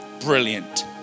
brilliant